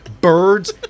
birds